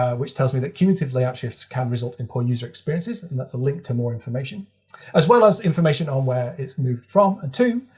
ah which tells me that cumulative layout shifts can result in poor user experiences and that's a link to more information as well as information on where it's moved from and to.